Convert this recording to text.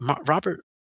Robert